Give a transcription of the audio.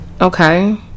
Okay